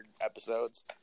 episodes